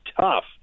tough